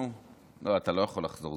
נו, זהו, אתה לא יכול לחזור.